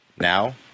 Now